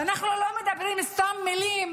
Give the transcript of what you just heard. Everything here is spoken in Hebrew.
אנחנו לא מדברים סתם מילים,